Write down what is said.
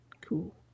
Cool